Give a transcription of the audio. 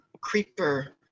Creeper